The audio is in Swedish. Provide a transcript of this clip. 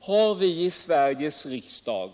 Har vi i Sveriges riksdag